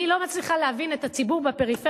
אני לא מצליחה להבין את הציבור בפריפריה.